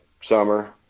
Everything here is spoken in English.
summer